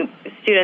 students